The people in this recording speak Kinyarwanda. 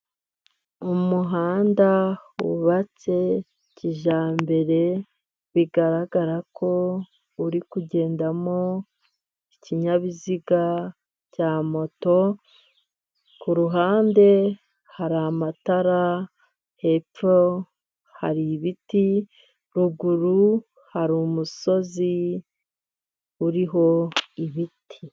Umuhanda wubatse kijyambere bigaragara ko uri kugendamo ikinyabiziga cya moto kuruhande hari amatara hepfo hari ibiti ruguru hari umusozi uriho ibiti.